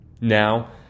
Now